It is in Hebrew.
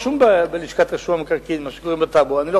זה רשום בלשכת רישום המקרקעין, מה שקוראים הטאבו,